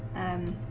and